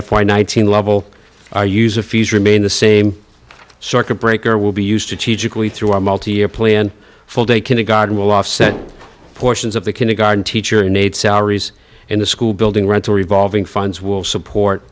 f y nineteen level our user fees remain the same circuit breaker will be used to teach equally through our multi year plan full day kindergarten will offset portions of the kindergarten teacher in need salaries in the school building rental revolving funds will support